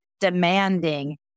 Demanding